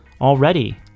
already